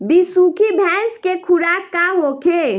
बिसुखी भैंस के खुराक का होखे?